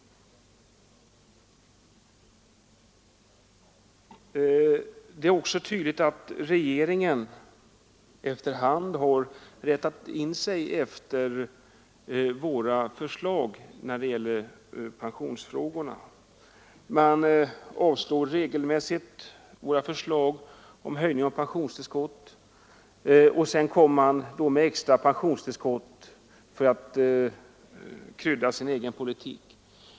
Det är också tydligt att regeringen efter hand har rättat in sig efter våra förslag när det gäller pensionsfrågorna. Man avslår regelmässigt våra förslag om höjning av pensionstillskott, men sedan kommer man med extra pensionstillskott för att trygga sin politik.